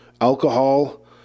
alcohol